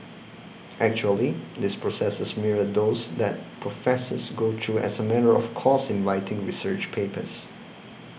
actually these processes mirror those that professors go through as a matter of course in writing research papers